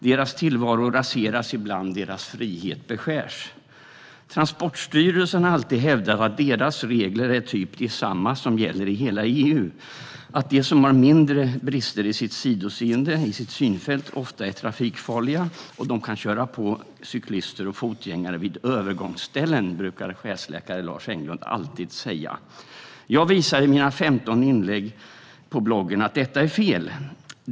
Deras tillvaro raseras ibland, och deras frihet beskärs. Transportstyrelsen har alltid hävdat att deras regler är ungefär desamma som gäller i hela EU. De som har mindre brister i sitt sidoseende och sitt synfält är trafikfarliga och kan köra på cyklister och fotgängare vid övergångsställen, brukar chefsläkare Lars Englund säga. Jag visar i mina 15 inlägg på bloggen att detta är fel.